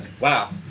Wow